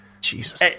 Jesus